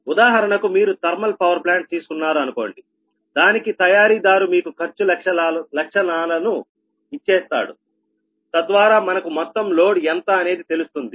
ఉదాహరణకు మీరు thermal power plant తీసుకున్నారు అనుకోండి దానికి తయారీదారు మీకు ఖర్చు లక్షణాలను ఇచ్చేస్తాడు తద్వారా మనకు మొత్తం లోడ్ ఎంత అనేది తెలుస్తుంది